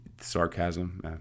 Sarcasm